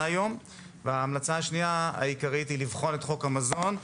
היום; וההמלצה השנייה העיקרית היא לבחון את חוק המזון,